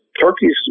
turkeys